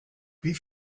wie